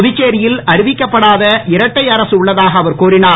புதுச்சேரியில் அறிவிக்கப்படாத இரட்டை அரசு உள்ளதாக அவர் கூறினார்